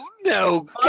No